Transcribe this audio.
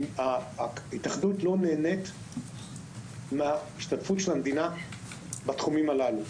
ההתאחדות לא נהנית מן ההשתתפות של המדינה בתחומים הללו.